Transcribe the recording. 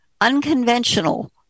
unconventional